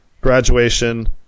graduation